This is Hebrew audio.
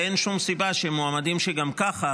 אין שום סיבה שמועמדים שגם כך,